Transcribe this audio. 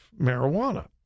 marijuana